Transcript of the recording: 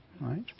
right